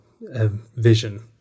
vision